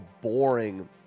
boring